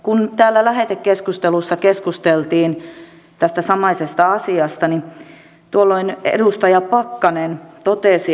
kun lähetekeskustelussa keskusteltiin tästä samaisesta asiasta niin tuolloin edustaja pakkanen totesi